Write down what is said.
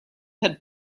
had